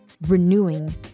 renewing